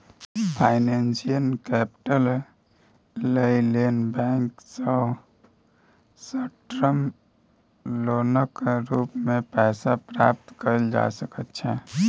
financial capital लइ लेल bank सँ शार्ट टर्म लोनक रूप मे पैसा प्राप्त कएल जा सकइ छै